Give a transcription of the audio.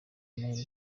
amahirwe